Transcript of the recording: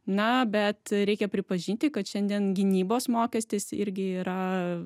na bet reikia pripažinti kad šiandien gynybos mokestis irgi yra